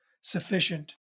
sufficient